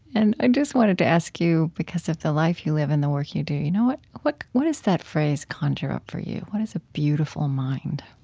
and i just wanted to ask you because of the life you live and the work you do, you know what, what what does that phrase conjure up for you? what is a beautiful mind?